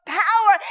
power